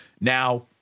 Now